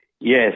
Yes